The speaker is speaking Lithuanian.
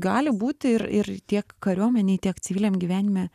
gali būti ir ir tiek kariuomenei tiek civiliam gyvenime